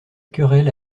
querelle